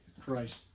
Christ